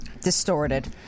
distorted